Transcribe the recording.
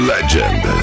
Legend